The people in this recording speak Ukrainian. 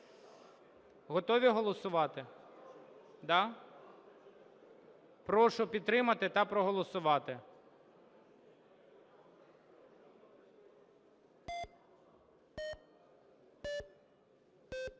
Готові голосувати, да? Прошу підтримати та проголосувати.